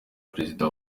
perezida